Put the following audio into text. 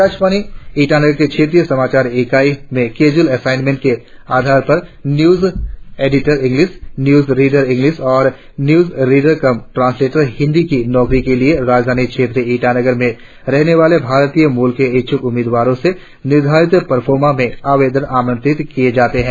आकाशवानी ईटानगर के क्षेत्रीय समाचार इकाई में कैजुल असाइनमेंट के आधार पर news editor English news reader English और news reader cum translator Hindi की नौकरी के लिए राजधानी क्षेत्र ईटानगर में रहने वाले भारतीय मूल के इच्छूक उम्मीदवारों से निर्धारित प्रोफार्मा में आवेदन आमंत्रित किए जाते है